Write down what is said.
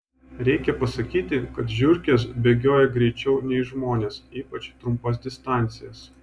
reikia pasakyti kad žiurkės bėgioja greičiau nei žmonės ypač trumpas distancijas